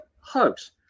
hugs